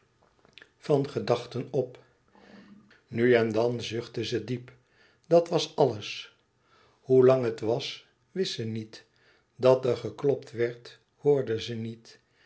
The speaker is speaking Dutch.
van gedachten op nu en dan zuchtte ze diep dat was alles hoe lang het was wist ze niet dat er geklopt werd hoorde ze niet